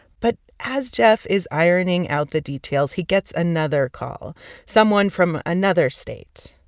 but as jeff is ironing out the details, he gets another call someone from another state.